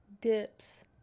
dips